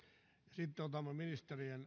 sitten otamme ministerien